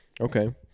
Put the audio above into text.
Okay